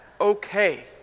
okay